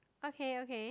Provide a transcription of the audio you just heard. okay okay